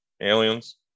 Aliens